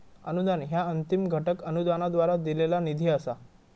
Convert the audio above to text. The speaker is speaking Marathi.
अनुदान ह्या अंतिम घटक अनुदानाद्वारा दिलेला निधी असा